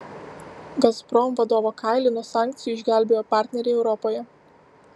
gazprom vadovo kailį nuo sankcijų išgelbėjo partneriai europoje